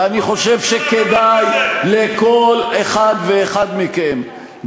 ואני חושב שכדאי לכל אחד ואחד מכם,